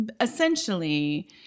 essentially